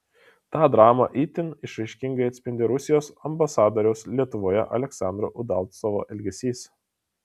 tą dramą itin išraiškingai atspindi rusijos ambasadoriaus lietuvoje aleksandro udalcovo elgesys